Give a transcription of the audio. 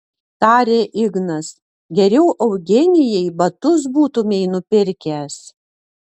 tarė ignas geriau eugenijai batus būtumei nupirkęs